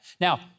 Now